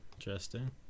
interesting